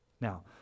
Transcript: Now